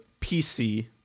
PC